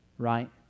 right